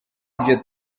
iryo